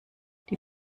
die